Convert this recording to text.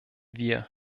wir